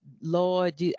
Lord